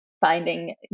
finding